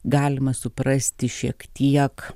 galima suprasti šiek tiek